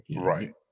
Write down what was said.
Right